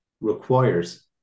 requires